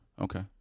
Okay